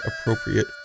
appropriate